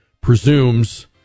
presumes